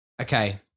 Okay